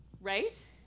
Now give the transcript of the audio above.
Right